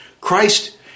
Christ